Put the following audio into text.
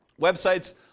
websites